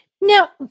Now